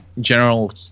general